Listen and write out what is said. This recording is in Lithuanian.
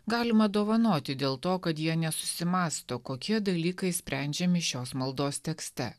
galima dovanoti dėl to kad jie nesusimąsto kokie dalykai sprendžiami šios maldos tekste